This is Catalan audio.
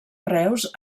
reus